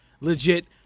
legit